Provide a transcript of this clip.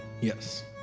Yes